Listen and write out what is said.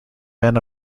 men